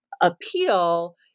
appeal